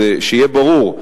שיהיה ברור,